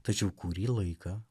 tačiau kurį laiką